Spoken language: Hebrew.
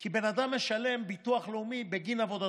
כי בן אדם משלם ביטוח לאומי בגין עבודתו,